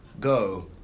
Go